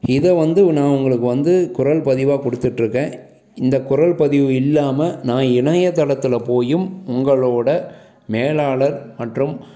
இதை வந்து நான் உங்களுக்கு வந்து குரல் பதிவாக கொடுத்துட்ருக்கேன் இந்த குரல் பதிவு இல்லாம நான் இணையத்தளத்தில் போயும் உங்களோட மேலாளர் மற்றும்